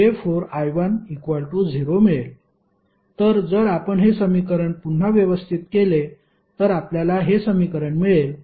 तर जर आपण हे समीकरण पुन्हा व्यवस्थित केले तर आपल्याला हे समीकरण मिळेल